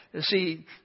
see